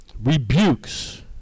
rebukes